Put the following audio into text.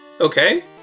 Okay